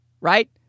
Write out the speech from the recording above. right